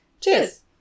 Cheers